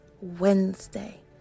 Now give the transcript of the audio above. Wednesday